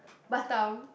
Batam